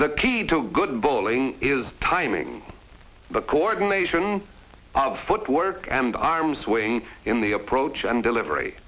the key to good bowling is timing the coordination of footwork and arm swing in the approach and delivery